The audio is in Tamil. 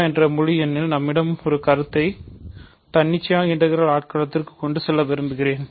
வ என்ற முழு எண்களில் நம்மிடம் உள்ள கருத்தை ஒரு தன்னிச்சையான இண்டெகிரள் ஆட்களத்திற்கு கொண்டு செல்ல விரும்புகிறேன்